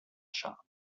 shop